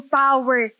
power